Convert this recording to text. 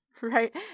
Right